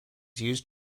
used